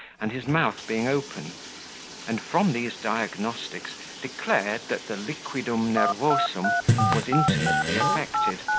and his mouth being open and from these diagnostics declared, that the liquidum nervosum was intimately affected,